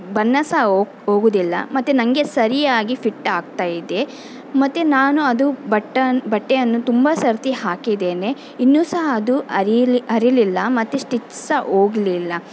ಬಣ್ಣ ಸಹ ಓಕ್ ಹೋಗುದಿಲ್ಲ ಮತ್ತು ನನಗೆ ಸರಿಯಾಗಿ ಫಿಟ್ ಆಗ್ತಾ ಇದೆ ಮತ್ತು ನಾನು ಅದು ಬಟ್ಟ ಬಟ್ಟೆಯನ್ನು ತುಂಬ ಸರ್ತಿ ಹಾಕಿದ್ದೇನೆ ಇನ್ನೂ ಸಹ ಅದು ಅರೀಲಿ ಹರಿಯಲಿಲ್ಲ ಮತ್ತು ಸ್ಟಿಚ್ ಸಹ ಹೋಗ್ಲಿಲ್ಲ